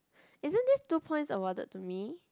isn't this two points awarded to me